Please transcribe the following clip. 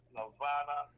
Nevada